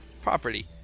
property